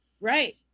Right